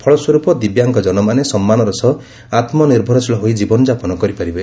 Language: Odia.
ଫଳସ୍ୱରୂପ ଦିବ୍ୟାଙ୍ଗ ଜନମାନେ ସମ୍ମାନର ସହ ଆତ୍ମନିର୍ଭରଶୀଳ ହୋଇ ଜୀବନଯାପନ କରିପାରିବେ